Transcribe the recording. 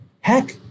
heck